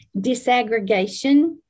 disaggregation